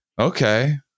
Okay